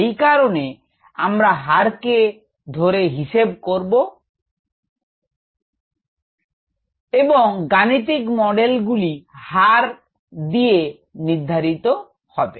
এই কারণে আমরা হারকে ধরে হিসেব করবো এবং গাণিতিক মডেলগুলি হার দিয়ে নির্ধারিত হবে